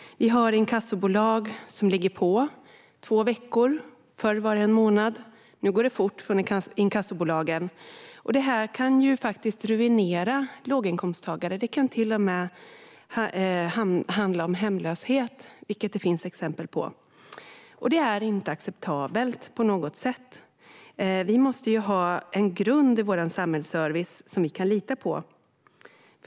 Inkassobolagen ligger på efter två veckor; förr var det en månad, men nu går det fort. Detta kan faktiskt ruinera låginkomsttagare och till och med leda till hemlöshet, vilket det finns exempel på. Detta är inte acceptabelt på något sätt. Vi måste ha en grund i vår samhällsservice som vi kan lita på.